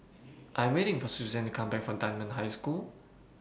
I Am waiting For Susann to Come Back from Dunman High School